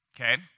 okay